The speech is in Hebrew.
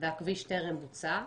והכביש טרם בוצע,